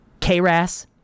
KRAS